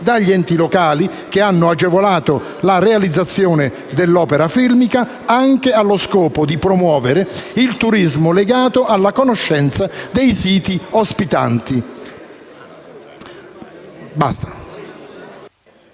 degli enti locali che hanno agevolato la realizzazione dell’opera filmica anche allo scopo di promuovere il turismo legato alla conoscenza dei siti ospitanti